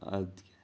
اَدٕ کیاہ